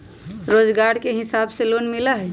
रोजगार के हिसाब से लोन मिलहई?